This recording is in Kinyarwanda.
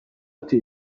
ate